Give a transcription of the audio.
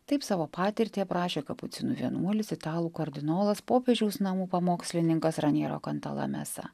taip savo patirtį aprašė kapucinų vienuolis italų kardinolas popiežiaus namų pamokslininkas raniero kantalamesa